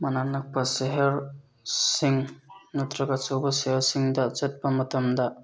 ꯃꯅꯥꯛ ꯅꯛꯄ ꯁꯍꯔ ꯁꯤꯡ ꯅꯠꯇꯔꯒ ꯑꯆꯧꯕ ꯁꯦꯜꯁꯤꯡꯗ ꯆꯠꯄ ꯃꯇꯝꯗ